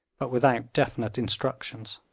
but without definite instructions.